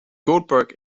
goldberg